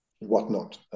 whatnot